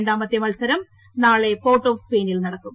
രണ്ടാമത്തെ മത്സരം നാളെ പോർട്ട് ഓഫ് സ്പെയിനിൽ നടക്കും